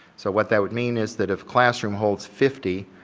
so what that would mean is that if classroom holds fifty,